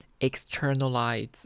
externalize